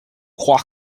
croire